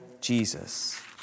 Jesus